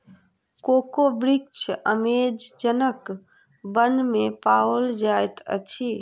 cocoa वृक्ष अमेज़नक वन में पाओल जाइत अछि